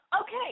Okay